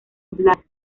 black